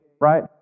right